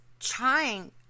trying